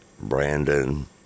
Brandon